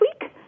week